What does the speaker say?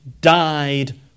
died